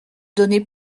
données